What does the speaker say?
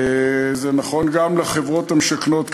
זה נכון גם לחברות המשכנות,